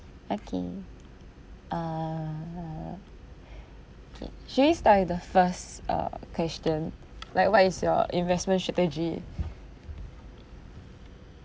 okay uh okay should we start with the first uh question like what is your investment strategy